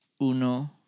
Uno